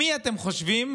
מי אתם חושבים